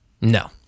No